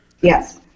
Yes